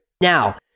Now